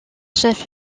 chef